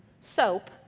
soap